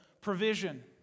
provision